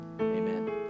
amen